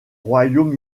royaume